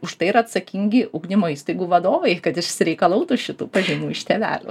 už tai yra atsakingi ugdymo įstaigų vadovai kad išsireikalautų šitų pažymų iš tėvelių